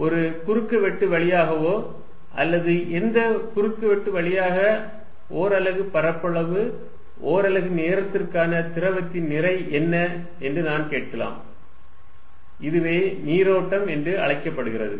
இங்கே ஒரு குறுக்குவெட்டு வழியாகவோ அல்லது எந்த குறுக்குவெட்டு வழியாக ஓர் அலகு பரப்பளவு ஒரு அலகு நேரத்திற்கான திரவத்தின் நிறை என்ன என்றும் நான் கேட்கலாம் இதுவே நீரோட்டம் என்று அழைக்கப்படுகிறது